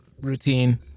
routine